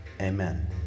Amen